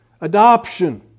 adoption